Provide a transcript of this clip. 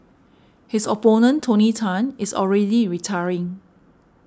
his opponent Tony Tan is already retiring